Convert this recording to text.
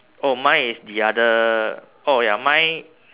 oh mine is the other oh ya mine